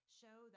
show